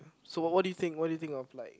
so what what do you think what do you think of like